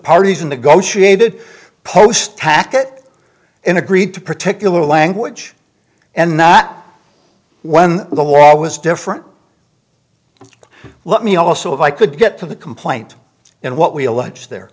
parties in the go she did post tack it in agreed to particular language and not when the war was different let me also if i could get to the complaint in what we allege there